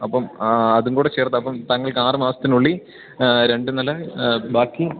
അപ്പോള് അതും കൂടെ ചേർത്തപ്പോള് താങ്കൾക്ക് ആറു മാസത്തിനുള്ളില് രണ്ടു നില ബാക്കി